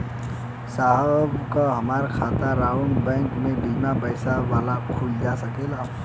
साहब का हमार खाता राऊर बैंक में बीना पैसा वाला खुल जा सकेला?